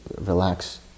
relax